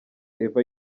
eva